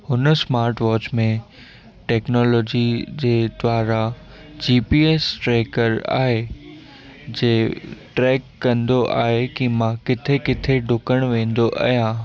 हुन स्मार्टवॉच में टेक्नोलॉजी जे द्वारा जीपीएस ट्रेकर आहे जे ट्रेक कंदो आहे की मां किथे किथे डुकणु वेंदो आहियां